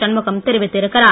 சண்முகம் தெரிவித்து இருக்கிறார்